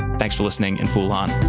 thanks for listening and fool on!